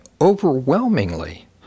overwhelmingly